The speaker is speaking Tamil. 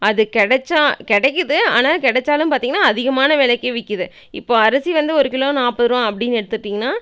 அது கிடச்சா கிடைக்கிது ஆனால் கிடைச்சாலும் பார்த்தீங்கன்னா அதிகமான விலைக்கி விற்கிது இப்போ அரிசி வந்து ஒரு கிலோ நாற்பதுரூவா அப்படின்னு எடுத்துக்கிட்டீங்கன்னா